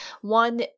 One